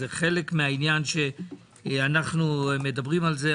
זה חלק מהעניין שאנחנו מדברים עליו.